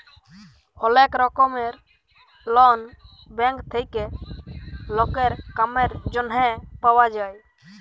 ওলেক রকমের loan bank থেক্যে লকের কামের জনহে পাওয়া যায়